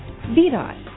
VDOT